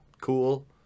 cool